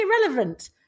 irrelevant